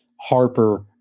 Harper